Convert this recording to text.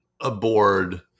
aboard